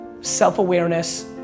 self-awareness